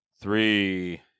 three